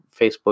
Facebook